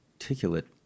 articulate